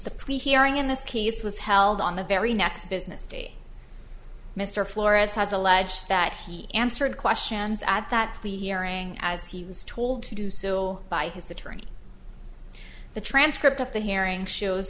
the plea hearing in this case was held on the very next business day mr flores has alleged that he answered questions at that the hearing as he was told to do so by his attorney the transcript of the hearing shows